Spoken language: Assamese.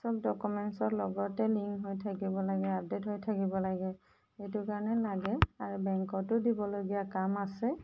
চব ডকুমেণ্টছৰ লগতে লিংক হৈ থাকিব লাগে আপডেট হৈ থাকিব লাগে সেইটো কাৰণে লাগে আৰু বেংকটো দিবলগীয়া কাম আছে